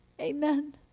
Amen